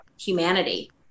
humanity